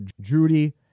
Judy